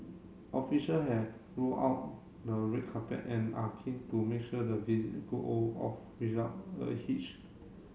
official have rolled out the red carpet and are keen to make sure the visit go off without a hitch